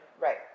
Right